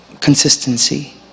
consistency